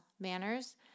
manners